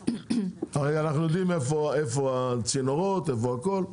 הרי אנחנו יודעים איפה הצינורות, איפה הכול.